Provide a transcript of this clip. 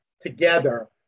together